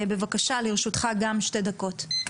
בבקשה, גם לרשותך שתי דקות.